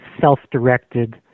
self-directed